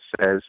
says